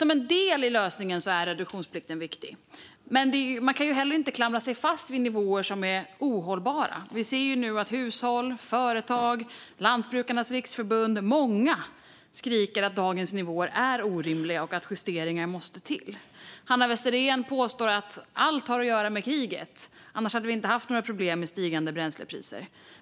Reduktionsplikten är viktig som en del av lösningen, men man kan inte klamra sig fast vid nivåer som är ohållbara. Vi ser nu att hushåll, företag och Lantbrukarnas Riksförbund - många - skriker att dagens nivåer är orimliga och att justeringar måste till. Hanna Westerén påstår att allt har att göra med kriget och att vi annars inte hade haft några problem med stigande bränslepriser.